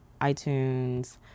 iTunes